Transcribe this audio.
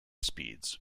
speeds